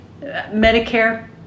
medicare